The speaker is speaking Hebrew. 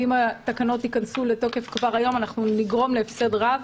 אם התקנות ייכנסו לתוקף כבר היום אנחנו נגרום להפסד רב.